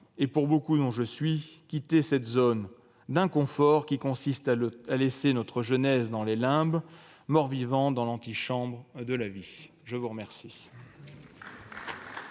et, pour beaucoup, dont je suis, quitter cette zone d'inconfort qui consiste à laisser notre jeunesse dans les limbes, morts-vivants dans l'antichambre la vie ! La parole